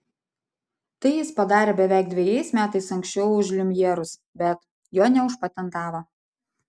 tai jis padarė beveik dvejais metais anksčiau už liumjerus bet jo neužpatentavo